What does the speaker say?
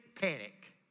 panic